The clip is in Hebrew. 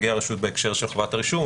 נציגי הרשות בהקשר של חובת הרישום,